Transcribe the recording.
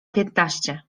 piętnaście